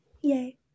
Yay